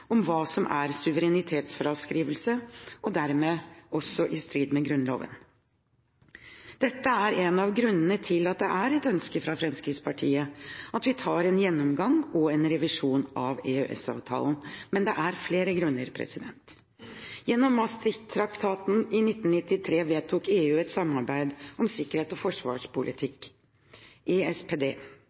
hva som er suverenitetsavståelse, og er dermed også i strid med Grunnloven. Dette er en av grunnene til at det er et ønske fra Fremskrittspartiet at vi tar en gjennomgang og en revisjon av EØS-avtalen. Det er flere grunner. Gjennom Maastricht-traktaten i 1993 vedtok EU et samarbeid om sikkerhets- og